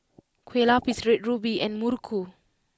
Kueh Lupis Red Ruby and Muruku